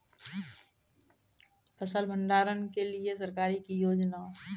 फसल भंडारण के लिए सरकार की योजना?